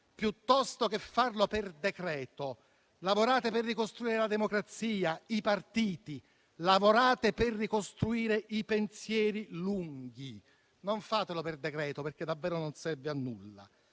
piuttosto che farlo per decreto, lavorate per ricostruire la democrazia e i partiti, lavorate per ricostruire i pensieri lunghi. Non fatelo per decreto, perché davvero non serve a nulla.